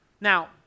Now